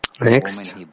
Next